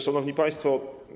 Szanowni Państwo!